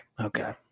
Okay